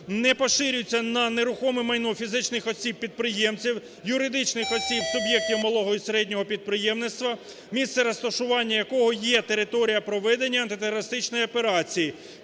не поширюється на нерухоме майно фізичних осіб - підприємців, юридичних осіб, суб'єктів малого і середнього підприємництва, місце розташування якого є територія проведення антитерористичної операції,